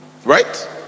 Right